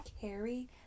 carry